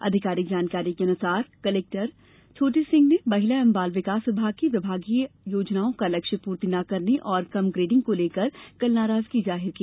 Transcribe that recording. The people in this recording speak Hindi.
आधिकारिक जानकारी के अनुसार कलेक्टर छोटे सिंह ने महिला एवं बाल विकास विभाग की विभागीय योजनाओं का लक्ष्य पूर्ति न करने और कम ग्रेडिंग को लेकर कल नाराजगी जाहिर की